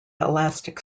elastic